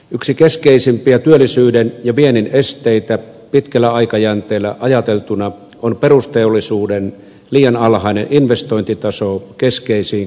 yksi keskeisimpiä työllisyyden ja viennin esteitä pitkällä aikajänteellä ajateltuna on perusteollisuuden liian alhainen investointitaso keskeisiin kilpailijamaihin nähden